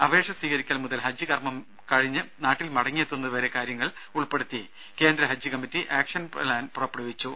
അപേക്ഷ സ്വീകരിക്കൽ മുതൽ ഹജ്ജ് കർമ്മം കഴിഞ്ഞു നാട്ടിൽ മടങ്ങിയെത്തുന്നത് വരെ കാര്യങ്ങൾ ഉൾപ്പെടുത്തി കേന്ദ്ര ഹജ്ജ് കമ്മിറ്റി ആക്ഷൻ പ്ലാൻ പുറപ്പെടുവിച്ചു